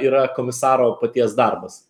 yra komisaro paties darbas